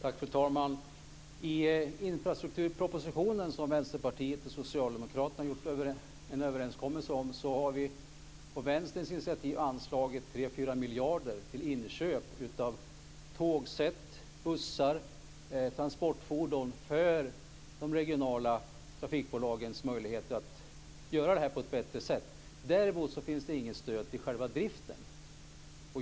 Fru talman! I infrastrukturpropositionen, som Vänsterpartiet och Socialdemokraterna har gjort en överenskommelse om, har vi på Vänsterns initiativ anslagit 3-4 miljarder till inköp av tågsätt, bussar, transportfordon för att öka de regionala trafikbolagens möjligheter att göra det här på ett bättre sätt. Däremot finns det inget stöd till själva driften.